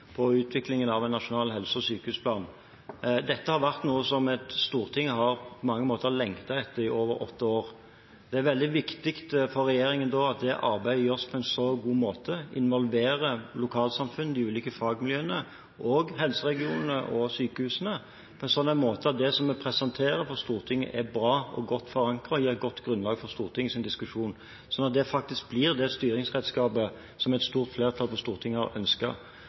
på utviklingen av en nasjonal helse- og sykehusplan. Dette er noe som Stortinget på mange måter har lengtet etter i over åtte år. Det er veldig viktig for regjeringen at det arbeidet gjøres på en god måte og involverer lokalsamfunn og de ulike fagmiljøene, helseregionene og sykehusene på en slik måte at det som vi presenterer for Stortinget, er bra og godt forankret og gir et godt grunnlag for Stortingets diskusjon, slik at det faktisk blir det styringsredskapet som et stort flertall på Stortinget har